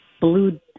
blue